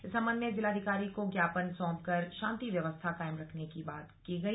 इस संबंध में जिलाधिकारी को ज्ञापन सौंपकर शांति व्यवस्था कायम रखने की मांग की गई